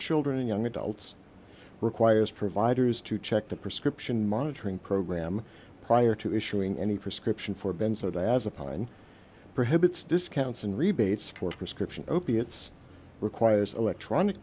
children and young adults requires providers to check the prescription monitoring program prior to issuing any prescription for a benzo to as a pine prohibits discounts and rebates for prescription opiates requires electronic